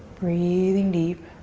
breathing deep.